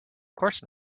course